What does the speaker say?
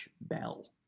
Bell